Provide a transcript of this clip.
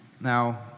Now